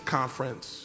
conference